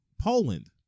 Poland